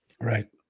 Right